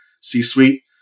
C-suite